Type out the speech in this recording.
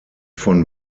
von